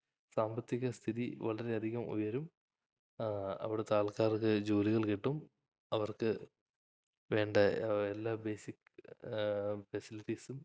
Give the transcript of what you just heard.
സാമ്പത്തിക സ്ഥിതി വരെയധികം ഉയരും അവിടുത്താൾക്കാർക്ക് ജോലികൾ കിട്ടും അവർക്ക് വേണ്ട എല്ലാ ബേസിക് ഫെസിലിറ്റീസും